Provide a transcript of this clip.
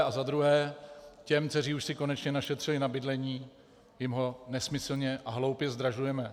A za druhé, těm, kteří už si konečně našetřili na bydlení, jim ho nesmyslně a hloupě zdražujeme.